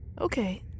Okay